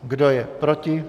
Kdo je proti?